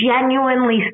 genuinely